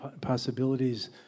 possibilities